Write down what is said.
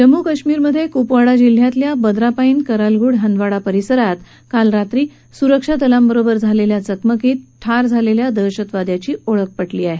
जम्मू कश्मीरमध्ये कुपवाडा जिल्ह्यातल्या बद्रापाईन करालगुड हंदवाडा परिसरात काल रात्री सुरक्षा दलाबरोबर झालेल्या चकमकीत ठार झालेल्या दहशतवाद्याची ओळख पटली आहे